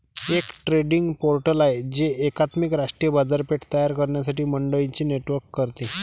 एक trading portal आहे जे एकात्मिक राष्ट्रीय बाजारपेठ तयार करण्यासाठी मंडईंचे नेटवर्क करते